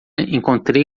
encontrei